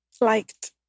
Liked